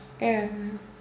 ya